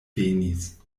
venis